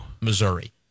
Missouri